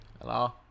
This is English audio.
Hello